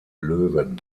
löwen